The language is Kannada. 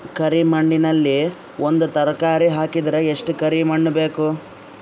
ಕರಿ ಮಣ್ಣಿನಲ್ಲಿ ಒಂದ ತರಕಾರಿ ಹಾಕಿದರ ಎಷ್ಟ ಕರಿ ಮಣ್ಣು ಬೇಕು?